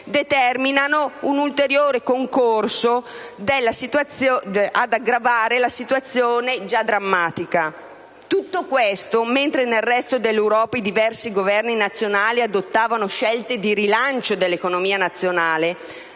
hanno ulteriormente concorso ad aggravare una situazione già di per sé drammatica. Tutto questo mentre nel resto dell'Europa i diversi Governi nazionali adottavano scelte di rilancio dell'economica nazionale: